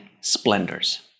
splendors